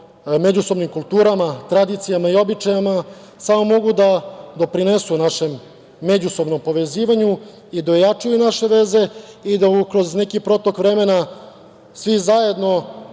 međusobnim kulturama, tradicijama i običajima samo mogu da doprinesu međusobnom povezivanju i da ojačaju naše veze i da kroz neki protok vremena svi zajedno